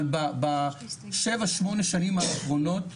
אבל ב-7-8 השנים האחרונות,